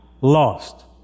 lost